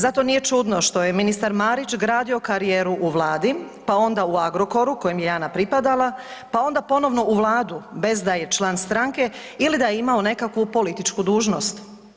Zato nije čudno što je ministar Marić gradio karijeru u Vladi, pa onda u Agrokoru, kojem je Jana pripadala, pa onda ponovno u Vladu, bez da je član stranke ili da je imao neku političku dužnost.